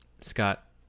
scott